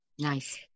Nice